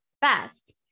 best